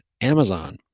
Amazon